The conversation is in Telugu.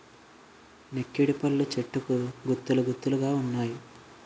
నెక్కిడిపళ్ళు చెట్టుకు గుత్తులు గుత్తులు గావున్నాయి